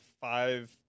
five